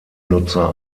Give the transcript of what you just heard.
nutzer